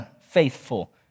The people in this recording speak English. faithful